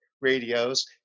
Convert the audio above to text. radios